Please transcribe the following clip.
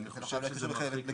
אז אני חושב שזה מרחיק לכת.